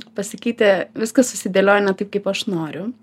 pasakyti viskas susidėliojo ne taip kaip aš noriu